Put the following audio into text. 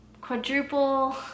quadruple